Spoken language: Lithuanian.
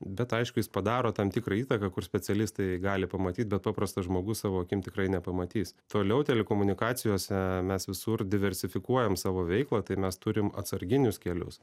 bet aišku jis padaro tam tikrą įtaką kur specialistai gali pamatyt bet paprastas žmogus savo akim tikrai nepamatys toliau telekomunikacijose mes visur diversifikuojam savo veiklą tai mes turim atsarginius kelius